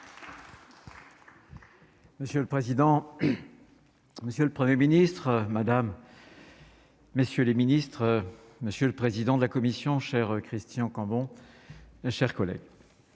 Monsieur le président, Monsieur le 1er ministre madame. Messieurs les ministres, monsieur le président de la commission chers Christian Cambon, chers collègues,